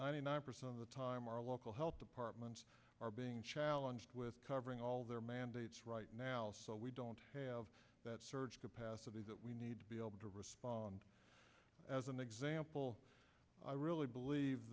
ninety nine percent of the time our local health departments are being challenged with covering all their mandates right now so we don't have that surge capacity that we need to be able to respond as an example i really believe